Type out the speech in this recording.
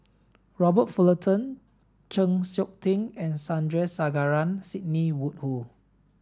Robert Fullerton Chng Seok Tin and Sandrasegaran Sidney Woodhull